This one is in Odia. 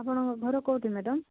ଆପଣଙ୍କ ଘର କେଉଁଠି ମ୍ୟାଡ଼ାମ୍